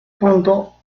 punto